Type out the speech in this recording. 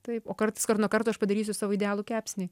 taip o karts nuo karto aš padarysiu savo idealų kepsnį